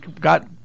got